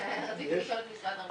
הנכונה, רציתי לשאול את משרד הרווחה.